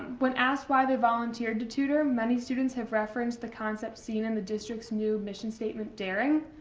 when asked why they volunteered to tutor, many students have referenced the concepts seen in the district's new mission statement daring.